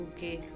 Okay